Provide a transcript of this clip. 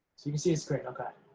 so, you can see the screen, okay.